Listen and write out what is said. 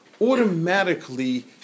automatically